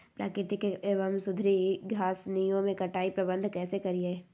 प्राकृतिक एवं सुधरी घासनियों में कटाई प्रबन्ध कैसे करीये?